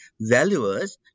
valuers